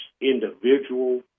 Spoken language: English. individual